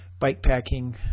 bikepacking